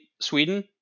Sweden